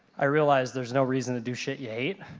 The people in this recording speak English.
i realized there's no reason to do shit ya hate.